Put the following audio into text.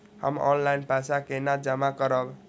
हम ऑनलाइन पैसा केना जमा करब?